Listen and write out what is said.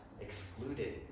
excluded